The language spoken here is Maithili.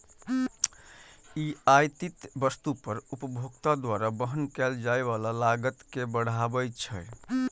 ई आयातित वस्तु पर उपभोक्ता द्वारा वहन कैल जाइ बला लागत कें बढ़बै छै